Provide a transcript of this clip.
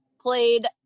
played